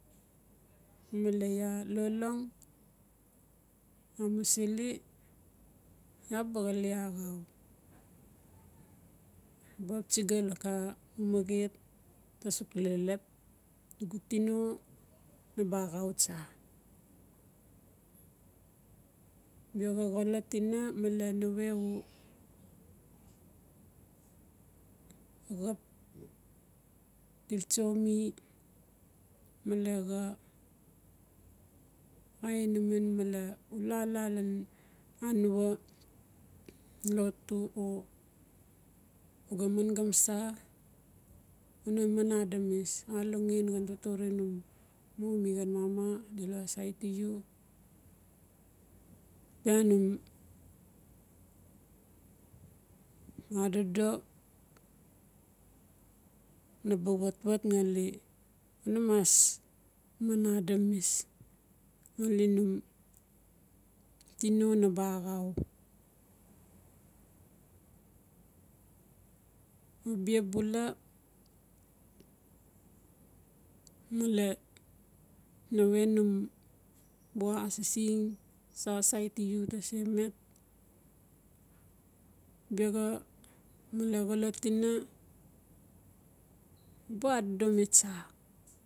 Male iaa lolong amusili iaa ba xale axau baxap tsiga laka mamaxet tasuk lelep nugu tino naba axau tsa. Bia xolot ina malen nawe u xap til tso mi male xa inaman male una laa lan anua lotu o gaman gomsa una man adanamis alongen ngan totore num mo mi num mama delu asaiti. Bia num adodo naba watwat ngali una mas man adamis ngali num tino naba axau. Bia bula male nawe num biaxa asising sa saitu u tase me biaxa xolot ina ba adodomi tsa.